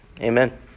Amen